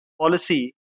policy